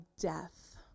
death